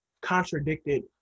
contradicted